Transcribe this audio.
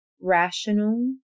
rational